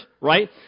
right